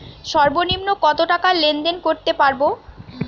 সর্বনিম্ন কত টাকা লেনদেন করতে পারবো?